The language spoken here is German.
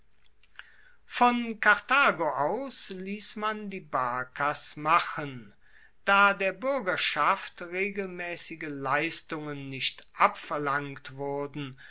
von karthago aus liess man die barkas machen da der buergerschaft regelmaessige leistungen nicht abverlangt wurden